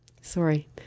sorry